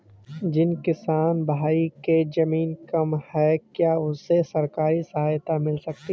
जिस किसान भाई के ज़मीन कम है क्या उसे सरकारी सहायता मिल सकती है?